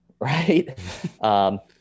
right